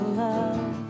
love